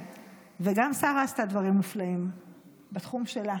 וגם שרה עשתה דברים מופלאים בתחום שלה.